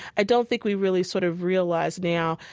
i don't think we really sort of realize now,